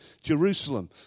Jerusalem